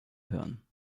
hören